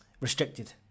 restricted